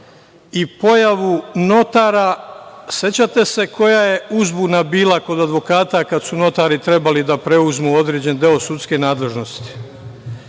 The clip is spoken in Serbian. i pojavu notara. Sećate se koja je uzbuna bila kod advokata kada su notari trebali da preuzmu određen deo sudske nadležnosti?